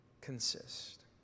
consist